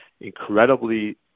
incredibly